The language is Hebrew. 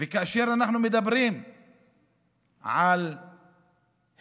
כאשר אנחנו מדברים על המשך